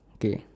okay